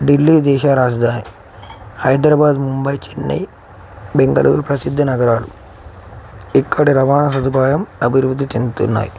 ఢిల్లీ దేశ రాజధాని హైదరాబాద్ ముంబై చెన్నై బెంగళూరు ప్రసిద్ధ నగరాలు ఇక్కడ రవాణా సదుపాయం అభివృద్ధి చెందుతున్నాయి